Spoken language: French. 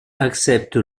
accepte